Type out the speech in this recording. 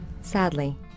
Sadly